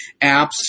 apps